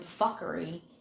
fuckery